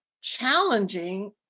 challenging